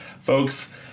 Folks